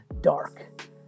dark